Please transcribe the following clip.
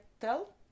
tell